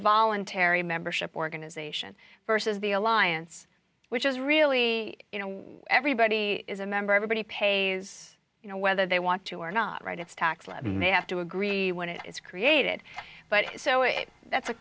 voluntary membership organization versus the alliance which is really you know everybody is a member everybody pays you know whether they want to or not right it's tax may have to agree when it is created but so it that's a